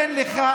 כל החברים